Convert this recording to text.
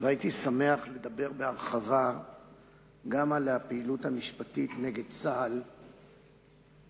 הייתי שמח לדבר בהרחבה גם על הפעילות המשפטית נגד צה"ל בחוץ-לארץ